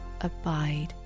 abide